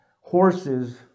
horses